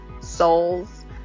souls